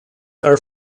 are